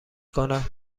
کند